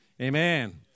Amen